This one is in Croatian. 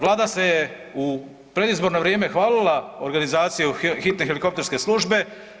Vlada se u predizborno vrijeme hvalila organizacijom hitne helikopterske službe.